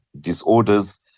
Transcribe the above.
disorders